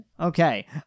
Okay